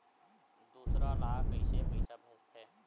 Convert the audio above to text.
दूसरा ला कइसे पईसा भेजथे?